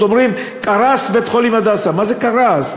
אומרים: קרס בית-חולים "הדסה"; מה זה קרס,